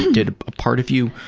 and did a part of you.